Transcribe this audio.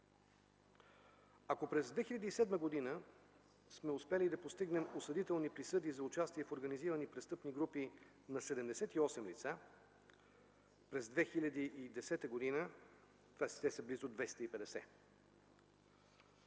Ако през 2007 г. сме успели да постигнем осъдителни присъди за участие в организирани престъпни групи на 78 лица, през 2010 г. те са близо 250.